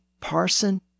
parson